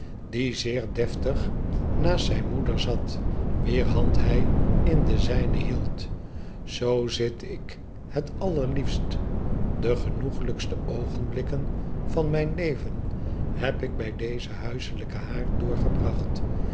die zeer deftig naast zijn moeder zat wier hand hij in de zijne hield zoo zit ik het allermefst de genoeglijkste oogenblikken van mijn leven heb ik bij dezen huiselijken haard doorgebracht